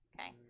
Okay